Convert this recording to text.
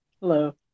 Hello